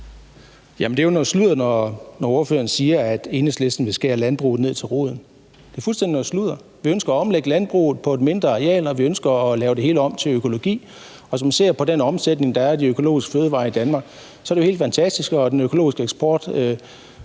er jo noget sludder, når ordføreren siger, at Enhedslisten vil skære landbruget ned til roden. Det er noget fuldkommen sludder. Vi ønsker at omlægge landbruget på et mindre areal, og vi ønsker at lave det hele om til økologi, og hvis man ser på den omsætning, der er, af de økologiske fødevarer i Danmark, så er det jo helt fantastisk, og den økologiske eksport